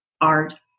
art